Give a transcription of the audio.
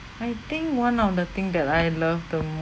I think one of the thing that I love the most